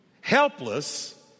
helpless